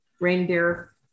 reindeer